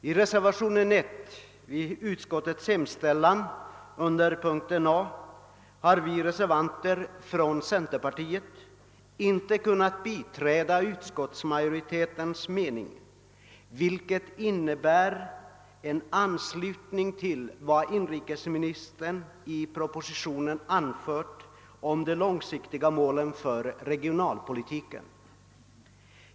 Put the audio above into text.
I reservationen 1 vid utskottets hemställan under A har vi reservanter från centerpartiet inte kunnat biträda utskottsmajoritetens mening, vilket innebär en anslutning till vad inrikesministern i propositionen anfört om de långsiktiga målen för regionalpolitiken.